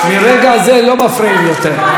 מרגע זה לא מפריעים יותר.